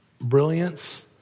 brilliance